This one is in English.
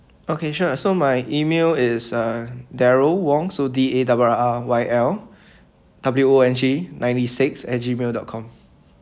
okay sure so my email is uh darryl wong so D A double R Y L W O N G ninety six at G mail dot com